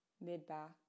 Mid-back